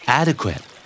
adequate